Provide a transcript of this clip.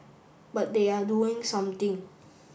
but they are doing something